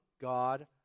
God